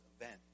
event